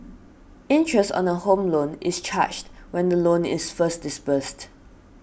interest on a Home Loan is charged when the loan is first disbursed